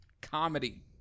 comedy